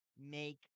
make